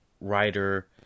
writer